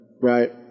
right